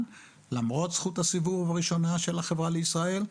למרות זכות הסירוב הראשונה של החברה לישראל,